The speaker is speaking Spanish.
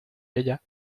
ella